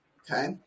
okay